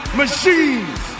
machines